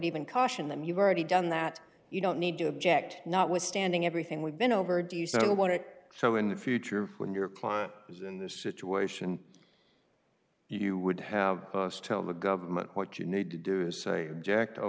even caution them you've already done that you don't need to object not withstanding everything we've been over do you still want it so in the future when your client is in this situation you would have cost tell the government what you need to do is say object o